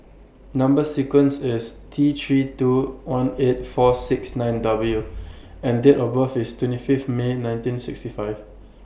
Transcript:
Number sequence IS T three two one eight four six nine W and Date of birth IS twenty Fifth May nineteen sixty five